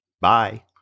bye